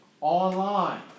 Online